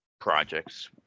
projects